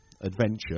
adventure